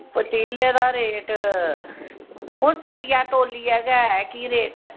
पतीले दा रेट हून तक्कियै तोल्लियै गै है कि रेट ऐ